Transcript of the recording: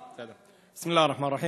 בסם אללה א-רחמאן א-רחים.